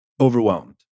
overwhelmed